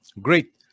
Great